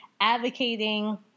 advocating